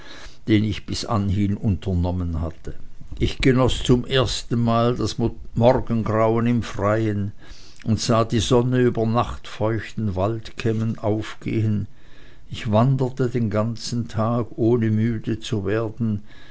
den ich bis dahin unternommen hatte ich genoß zum ersten male das morgengrauen im freien und sah die sonne über nachtfeuchten waldkämmen aufgehen ich wanderte den ganzen tag ohne müde zu werden